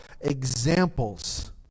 examples